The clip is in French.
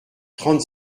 trente